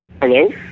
Hello